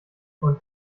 und